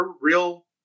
real